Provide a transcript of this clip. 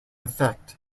effect